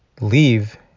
leave